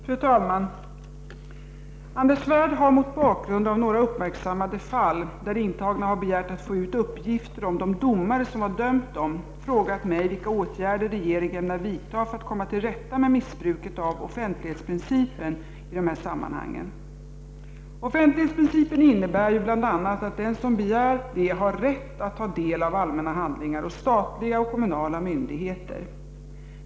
Fru talman! Anders Svärd har mot bakgrund av några uppmärksammade fall där intagna har begärt att få ut uppgifter om de domare som har dömt dem frågat mig vilka åtgärder regeringen ämnar vidta för att komma till rätta med missbruket av offentlighetsprincipen i dessa sammanhang. Offentlighetsprincipen innebär ju bl.a. att den som begär det har rätt att ta del av allmänna handlingar hos statliga och kommunala myndigheter.